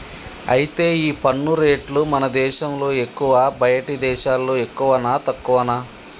అయితే ఈ పన్ను రేట్లు మన దేశంలో ఎక్కువా బయటి దేశాల్లో ఎక్కువనా తక్కువనా